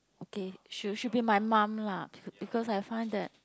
okay should should be my mum lah because I find that